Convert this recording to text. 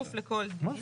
בכפוף לכל דין,